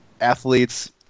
athletes